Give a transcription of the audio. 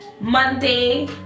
Monday